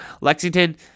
Lexington